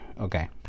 Okay